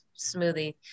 smoothie